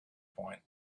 point